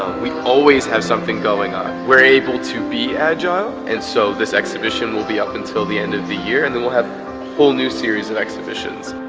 we always have something going on we're able to be agile and so this exhibition will be up until the end of the year and then we'll have full new series of exhibitions